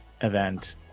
event